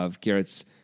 Garrett's